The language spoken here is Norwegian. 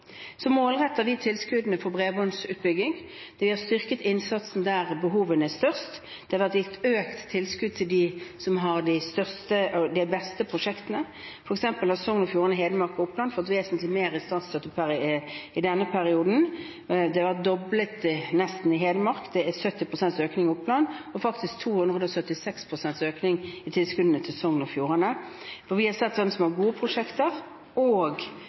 målretter tilskuddene for bredbåndsutbygging. Vi har styrket innsatsen der behovene er størst. Det har vært gitt økt tilskudd til dem som har de beste prosjektene. For eksempel har Sogn og Fjordane, Hedmark og Oppland fått vesentlig mer i statsstøtte i denne perioden. Den har vært nesten doblet i Hedmark. Det er 70 pst. økning i Oppland, og faktisk 276 pst. økning i tilskuddene til Sogn og Fjordane, for vi har sett hvem som har gode prosjekter, og